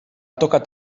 tocat